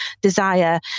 desire